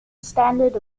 standard